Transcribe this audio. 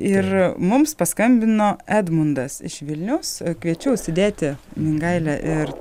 ir mums paskambino edmundas iš vilniaus kviečiu užsidėti mingailę ir